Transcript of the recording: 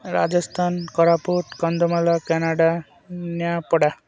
Rajasthan Koraput Kandhamal Canada Nuapada